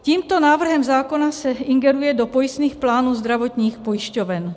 Tímto návrhem zákona se ingeruje do pojistných plánů zdravotních pojišťoven.